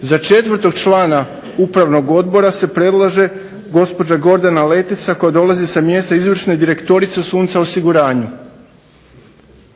Za 4. člana upravnog odbora se predlaže gospođa Gordana Letica koja dolazi sa mjesta izvršne direktorice Sunce Osiguranja.